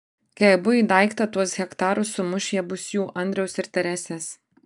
kai abu į daiktą tuos hektarus sumuš jie bus jų andriaus ir teresės